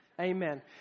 Amen